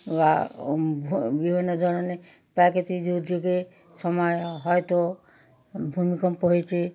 বা ভূ বিভিন্ন ধরনের প্রাকৃতিক দুর্যোগের সময় হয়তো ভূমিকম্প হয়েছে